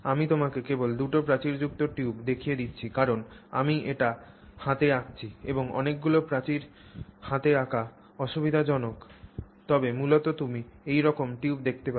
আমি তোমাকে কেবল দুটি প্রাচীরযুক্ত টিউব দেখিয়ে দিচ্ছি কারণ আমি এটি হাতে আঁকছি এবং অনেকগুলো প্রাচীর হাতে আঁকা অসুবিধাজনক তবে মূলত তুমি এইরকন টিউবই দেখতে পাবে